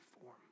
form